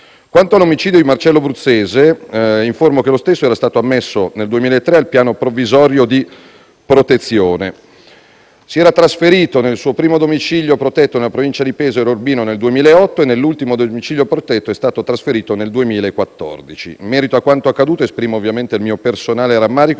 Quanto all'omicidio di Marcello Bruzzese, informo che lo stesso era stato ammesso nel 2003 al piano provvisorio di protezione. Si era trasferito nel suo primo domicilio protetto, nella provincia di Pesaro e Urbino, nel 2008 e nell'ultimo domicilio protetto è stato trasferito nel 2014. In merito a quanto accaduto esprimo il mio personale rammarico